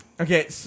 Okay